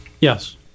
Yes